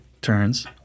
turns